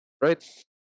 Right